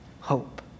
hope